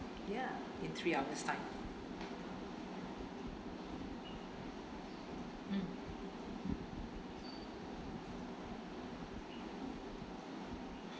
ya in three hours time mm